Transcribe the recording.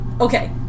Okay